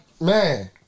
man